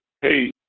Hey